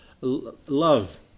love